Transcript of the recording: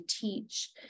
teach